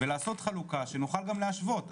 ולעשות חלוקה שנוכל גם להשוות.